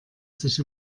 sich